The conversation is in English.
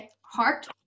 heart